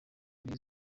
ineza